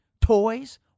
toys